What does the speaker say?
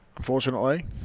Unfortunately